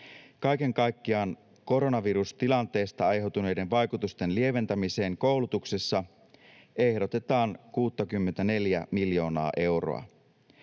Kaiken kaikkiaan koronavirustilanteesta aiheutuneiden vaikutusten lieventämiseen koulutuksessa ehdotetaan 64:ää miljoonaa euroa.